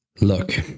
Look